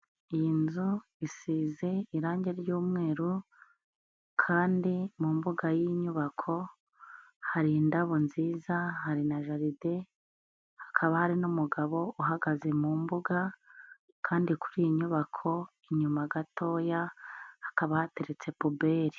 Iyi nzu isize irangi ry'umweru kandi mu mbuga y'iyi nyubako hari indabo nziza hari na jaride, hakaba hari n'umugabo uhagaze mu mbuga kandi kuri iyi nyubako inyuma gatoya hakaba hateretse pubeli.